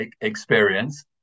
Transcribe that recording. experience